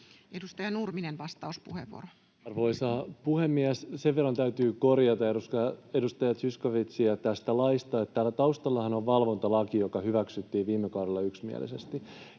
Edustaja Nurminen, vastauspuheenvuoro. Arvoisa puhemies! Sen verran täytyy korjata edustaja Zyskowiczia tästä laista, että täällä taustallahan on valvontalaki, joka hyväksyttiin viime kaudella yksimielisesti.